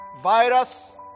virus